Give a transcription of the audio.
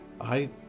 I